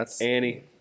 Annie